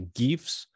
gives